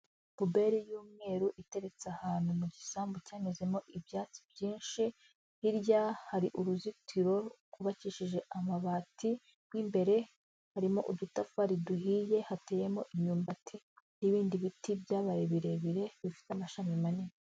Puberi y'umweru iteretse ahantu mu gisambu cyamezemo ibyatsi byinshi, hirya hari uruzitiro rwubakishije amabati mo imbere harimo udutafari duhiye, hateyemo imyumbati n'ibindi biti byabaye birebire, bifite amashami manini.